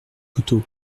couteau